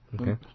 Okay